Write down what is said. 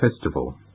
Festival